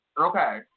okay